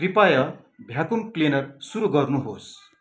कृपया vacuum cleaner सुरु गर्नुहोस्